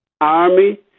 army